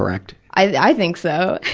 correct? i think so!